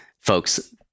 folks